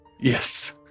Yes